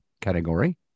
category